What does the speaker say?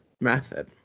method